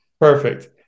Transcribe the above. Perfect